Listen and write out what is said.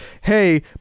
hey